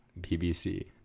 BBC